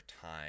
time